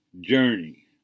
journey